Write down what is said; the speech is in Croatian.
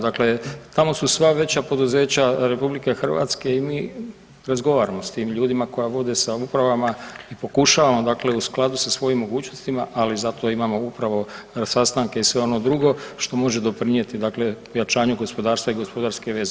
Dakle, tamo su sva veća poduzeća RH i mi razgovaramo s tim ljudima koja vode, sa upravama i pokušavamo, dakle u skladu sa svojim mogućnostima, ali zato imamo upravo sastanke i sve ono drugo što može doprinijeti, dakle ojačanju gospodarstva i gospodarske veze.